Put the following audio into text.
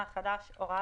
שלום לכולם.